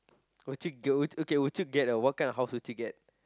would you do okay would you get what type of house would you get